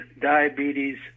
diabetes